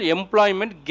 Employment